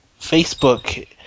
Facebook